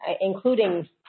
including